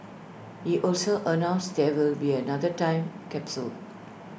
he also announced there will be another time capsule